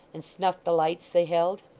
and snuffed the lights they held.